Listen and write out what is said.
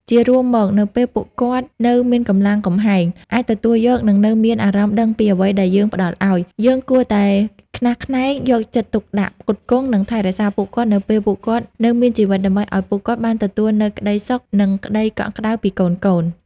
ជារួមមក នៅពេលពួកគាត់នៅមានកម្លាំងកំហែង អាចទទួលយក និងនៅមានអារម្មណ៍ដឹងពីអ្វីដែលយើងផ្តល់ឲ្យ យើងគួរតែខ្នះខ្នែងយកចិត្តទុកដាក់ ផ្គត់ផ្គង់ និងថែរក្សាពួកគាត់នៅពេលពួកគាត់នៅមានជីវិត ដើម្បីឲ្យពួកគាត់បានទទួលនូវក្តីសុខ និងក្តីកក់ក្តៅពីកូនៗ។